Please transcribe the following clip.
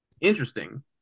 Interesting